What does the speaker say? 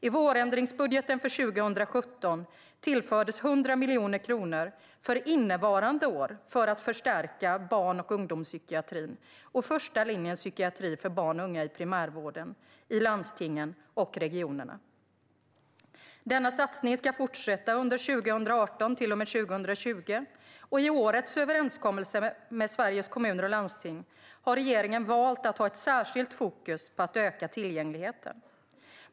I vårändringsbudgeten för 2017 tillfördes 100 miljoner kronor för innevarande år för att förstärka barn och ungdomspsykiatrin och första linjens psykiatri för barn och unga i primärvården i landstingen och regionerna. Denna satsning ska fortsätta under 2018-2020. I årets överenskommelse med Sveriges Kommuner och Landsting har regeringen valt att ha ett särskilt fokus på att öka tillgängligheten.